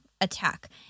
attack